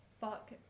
fuck